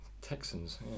Texans